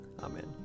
Amen